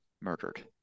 murdered